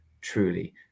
truly